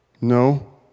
No